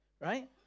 right